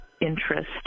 interest